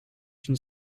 une